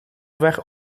ver